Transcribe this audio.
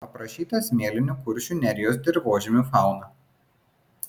aprašyta smėlinių kuršių nerijos dirvožemių fauna